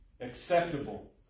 acceptable